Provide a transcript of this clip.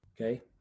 Okay